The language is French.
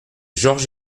georges